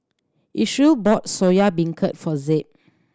Isreal bought Soya Beancurd for Zeb